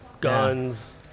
guns